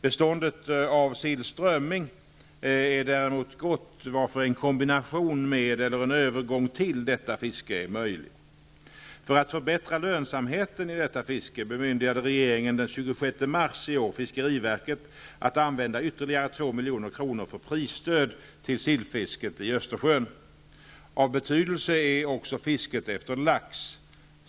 Beståndet av sill/strömming är däremot gott, varför en kombination med eller övergång till detta fiske är möjlig. För att förbättra lönsamheten i detta fiske bemyndigade regeringen den 26 mars i år fiskeriverket att använda ytterligare 2 milj.kr. för prisstöd till sillfisket i Östersjön. Av betydelse är också fisket efter lax.